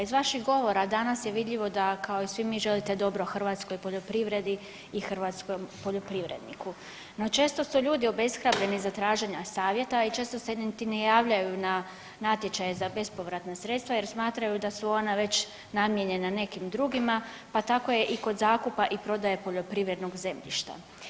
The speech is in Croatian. Iz vaših govora danas je vidljivo da kao i svi mi želite dobro hrvatskoj poljoprivredi i hrvatskom poljoprivredniku, no često su ljudi obeshrabreni za traženja savjeta i često se niti ne javljaju na natječaje za bespovratna sredstva jer smatraju da su ona već namijenjena nekim drugima pa tako je i kod zakupa i prodaje poljoprivrednog zemljišta.